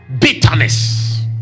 Bitterness